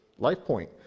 LifePoint